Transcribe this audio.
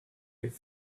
with